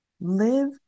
live